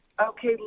Okay